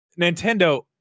Nintendo